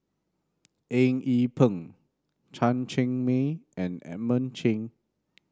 Eng Yee Peng Chen Cheng Mei and Edmund Cheng